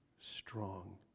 strong